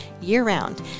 year-round